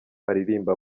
aririmba